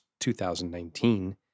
2019